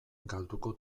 galduko